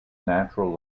natural